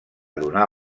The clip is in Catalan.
donar